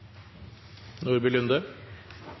Nordby Lunde